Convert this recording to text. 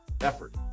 effort